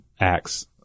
acts